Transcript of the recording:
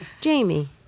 Jamie